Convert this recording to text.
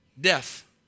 death